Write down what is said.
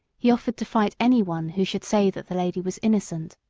he offered to fight anyone who should say that the lady was innocent.